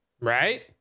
Right